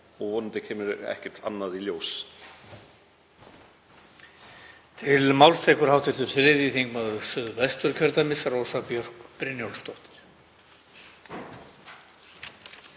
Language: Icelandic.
ég. Vonandi kemur ekkert annað í ljós.